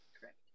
Correct